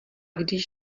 když